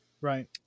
Right